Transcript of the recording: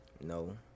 No